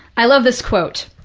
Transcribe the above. i love this quote.